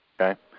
Okay